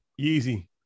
Yeezy